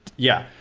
yeah,